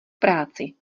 práci